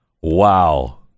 Wow